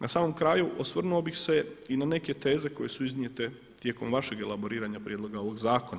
Na samom kraju osvrnuo bih se i na neke teze koje su iznijete tijekom vašeg elaboriranja prijedloga ovoga zakona.